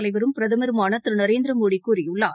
தலைவரும் பிரதமருமான திரு நரேந்திர மோடி கூறியுள்ளார்